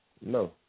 No